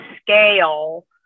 scale